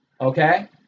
Okay